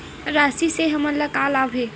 राशि से हमन ला का लाभ हे?